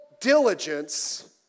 diligence